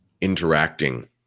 interacting